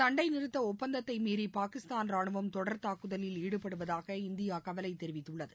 சண்டைநிறுத்த ஒப்பந்தத்தை மீறி பாகிஸ்தான் ரானுவம் தொடர் தாக்குதலில் ஈடுபடுவதாக இந்தியா கவலை தெரிவித்துள்ளது